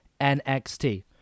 NXT